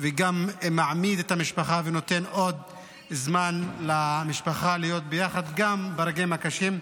וגם מעמיד את המשפחה ונותן עוד זמן למשפחה להיות יחד גם ברגעים הקשים.